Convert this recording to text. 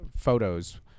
photos